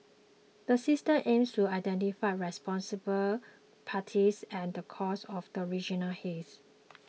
the system aims to identify responsible parties and the causes of regional haze